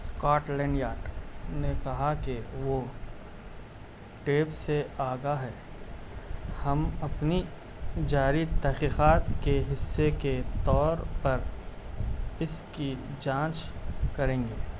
Scott land yard نے کہا کہ وہ ٹیپ سے آگاہ ہے ہم اپنی جاری تحقیقات کے حصے کے طور پر اس کی جانچ کریں گے